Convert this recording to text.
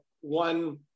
one